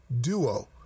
Duo